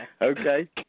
okay